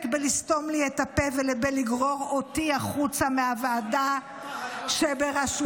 בלסתום לי את הפה ובלגרור אותי החוצה מהוועדה שבראשותו,